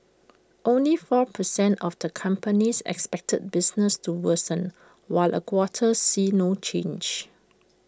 only four percent of the companies expected business to worsen while A quarter see no change